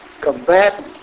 combat